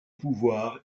pouvoir